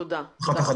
תודה.